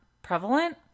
prevalent